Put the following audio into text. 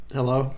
Hello